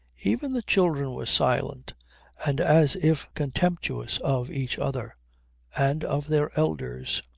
even the children were silent and as if contemptuous of each other and of their elders.